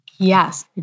Yes